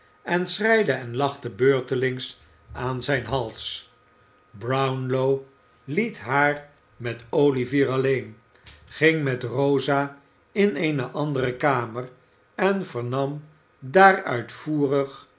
en schreide en lach ie beurtelings aan zijn hals brownlow liet haar met olivier alleen ging met rosa in eene andere kamer en vernam daar uitvoerig